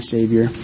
Savior